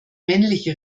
männliche